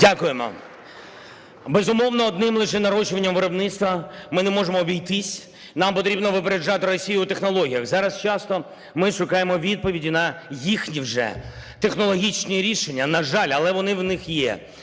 Дякуємо. Безумовно, одним лише нарощуванням виробництва ми не можемо обійтися. Нам потрібно випереджати Росію у технологіях. Зараз часто ми шукаємо відповіді на їхні вже технологічні рішення, на жаль, але вони у них є.